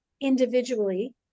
individually